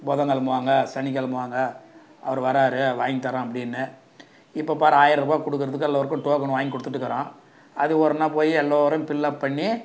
புதன் கெழமை வாங்க சனிக்கெழமை வாங்க அவர் வரார் வாங்கித்தரேன் அப்படின்னு இப்போப்பாரு ஆயரரூபா கொடுக்குறத்துக்கு எல்லோருக்கும் டோக்கன் வாங்கி கொடுத்துட்டுக்குறோம் அது ஒருநாள் போய் எல்லோரும் ஃபில்லப் பண்ணி